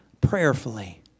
prayerfully